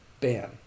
ban